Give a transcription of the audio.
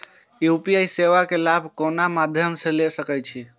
UPI सेवा के लाभ कोन मध्यम से ले सके छी?